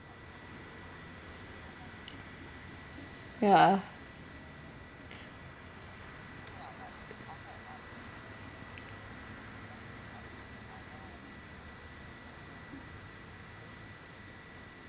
ya